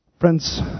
Friends